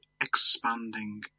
expanding